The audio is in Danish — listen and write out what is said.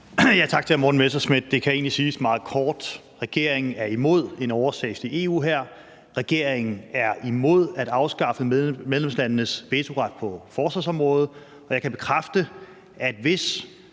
Tak til hr. Morten Messerschmidt. Det kan egentlig siges meget kort: Regeringen er imod en overstatslig EU-hær, regeringen er imod at afskaffe medlemslandenes vetoret på forsvarsområdet, og jeg kan bekræfte, at hvis